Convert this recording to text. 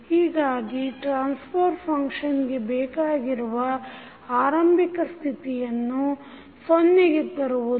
ಹೀಗಾಗಿ ಟ್ರಾನ್ಸ್ಫರ್ ಫಂಕ್ಷನ್ಗೆ ಬೇಕಾಗಿರುವುದು ಆರಂಭಿಕ ಸ್ಥಿತಿಯನ್ನು ಸೊನ್ನೆಗೆ ತರುವುದು